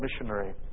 missionary